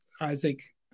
Isaac